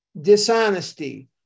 dishonesty